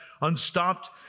unstopped